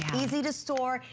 easy to store,